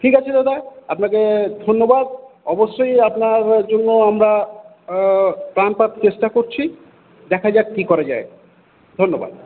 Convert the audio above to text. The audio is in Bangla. ঠিক আছে দাদা আপনাকে ধন্যবাদ অবশ্যই আপনার জন্য আমরা প্রাণপাত চেষ্টা করছি দেখা যাক কি করা যায় ধন্যবাদ